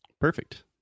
Perfect